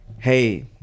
hey